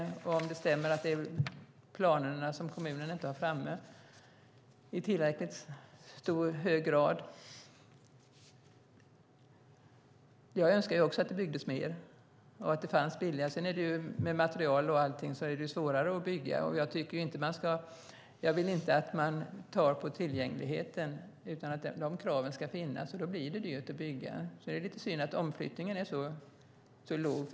Jag vet inte om det stämmer att kommunerna inte har framme planer i tillräckligt hög grad. Även jag önskar att det byggdes mer och att det fanns billiga bostäder. Med material och allt är det svårare att bygga. Jag vill inte att man drar ned på tillgängligheten, utan de kraven ska finnas, och då blir det dyrt att bygga. Det är lite synd att omflyttningen är så låg.